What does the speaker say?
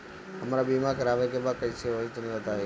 हमरा बीमा करावे के बा कइसे होई तनि बताईं?